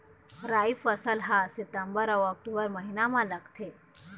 राई फसल हा सितंबर अऊ अक्टूबर महीना मा लगथे